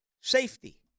safety